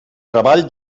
treball